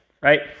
right